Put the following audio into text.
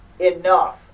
enough